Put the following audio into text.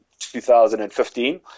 2015